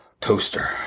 toaster